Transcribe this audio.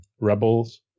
Rebels